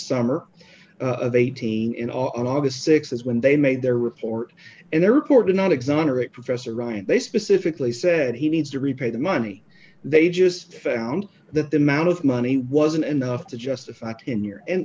summer of eighteen in august six is when they made their report and their report did not exonerate professor ryan they specifically said he needs to repay the money they just found that the amount of money wasn't enough to justify tenure and